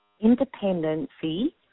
independency